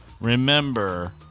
remember